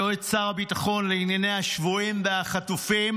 יועץ שר הביטחון לענייני השבויים והחטופים,